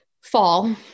Fall